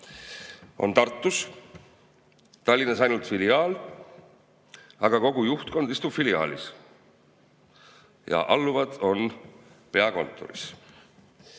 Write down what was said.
on Tartus, Tallinnas on ainult filiaal, aga kogu juhtkond istub filiaalis ja alluvad on peakontoris.